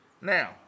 Now